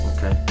Okay